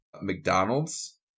McDonald's